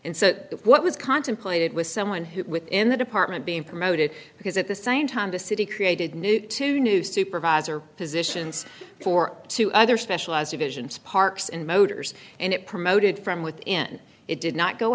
and so what was contemplated was someone who within the department being promoted because at the same time the city created new two new supervisor positions for two other specialized visions parks in motors and it promoted from within it did not go